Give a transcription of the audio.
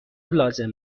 لازم